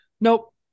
Nope